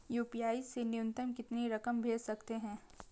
UPI से न्यूनतम कितनी रकम भेज सकते हैं?